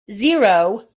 zero